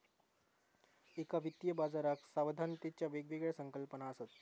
एका वित्तीय बाजाराक सावधानतेच्या वेगवेगळ्या संकल्पना असत